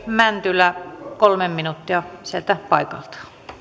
mäntylä kolme minuuttia sieltä paikalta